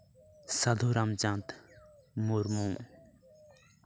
Sadhu Ramchand Murmu